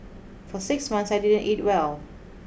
for six months I didn't eat well